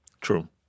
True